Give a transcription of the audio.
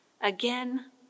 again